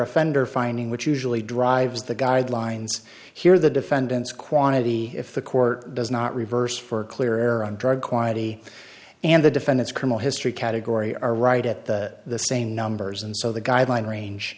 offender finding which usually drives the guidelines here the defendant's quantity if the court does not reverse for clear on drug quantity and the defendant's criminal history category are right at the same numbers and so the guideline range